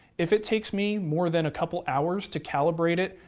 if it takes me more than a couple hours to calibrate it,